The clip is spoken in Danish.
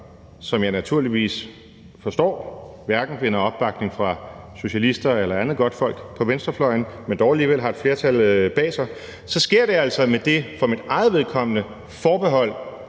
som jeg naturligvis forstår hverken finder opbakning fra socialister eller andet godtfolk på venstrefløjen – men dog alligevel har et flertal bag sig, så sker det altså med det forbehold, for mit eget vedkommende,